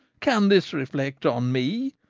can this reflect on me,